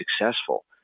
successful